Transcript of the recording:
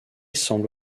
semble